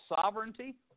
sovereignty